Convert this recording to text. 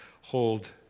hold